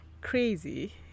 crazy